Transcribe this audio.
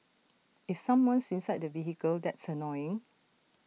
if someone's inside the vehicle that's annoying